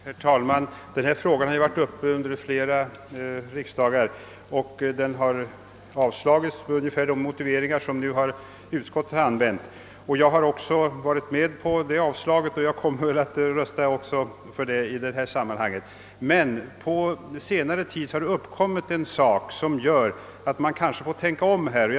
Herr talman! Denna fråga har ju varit uppe till behandling under flera riksdagar. Förslagen om en översyn har då avslagits med ungefär samma motiveringar som utskottet nu använder för sitt avstyrkande. Jag har tidigare varit med om att avslå förslagen, och jag kommer att rösta för ett avslag också På de motioner vi behandlar i dag. Men På senare tid har problem uppstått som kanske gör att man får tänka om i dessa frågor.